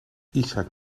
isaac